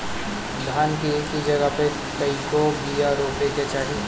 धान मे एक जगही पर कएगो बिया रोपे के चाही?